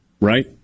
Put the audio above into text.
right